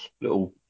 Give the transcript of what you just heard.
little